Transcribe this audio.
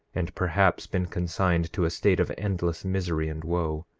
and perhaps been consigned to a state of endless misery and woe.